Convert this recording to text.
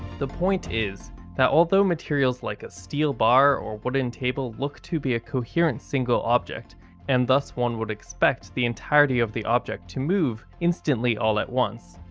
the point is that although materials like a steel bar, or a wooden table look to be a coherent single object and thus one would expect the entirety of the object to move instantly all at once